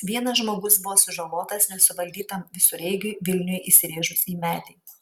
vienas žmogus buvo sužalotas nesuvaldytam visureigiui vilniuje įsirėžus į medį